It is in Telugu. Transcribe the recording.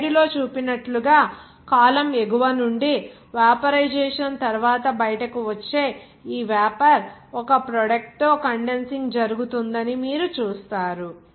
స్లైడ్లో చూపినట్లుగా కాలమ్ ఎగువ నుండి వేపోరైజెషన్ తర్వాత బయటకు వచ్చే ఈ వేపర్ ఒక ప్రొడక్ట్ తో కండన్సింగ్ జరుగుతుందని మీరు చూస్తారు